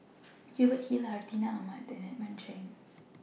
Hubert Hill Hartinah Ahmad and Edmund Cheng